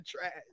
trash